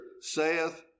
saith